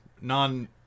Non-